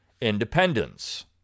independence